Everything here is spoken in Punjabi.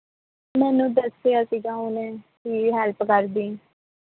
ਮੈਨੂੰ ਦੱਸਿਆ ਸੀਗਾ ਉਹਨੇ ਵੀ ਹੈਲਪ ਕਰਦੀਂ